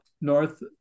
North